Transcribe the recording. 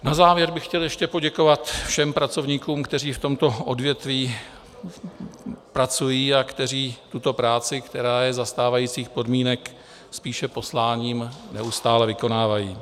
Na závěr bych chtěl ještě poděkovat všem pracovníkům, kteří v tomto odvětví pracují a kteří tuto práci, která je za stávajících podmínek spíše posláním, neustále vykonávají.